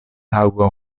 taŭga